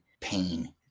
pain